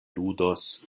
ludos